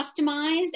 customized